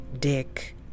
dick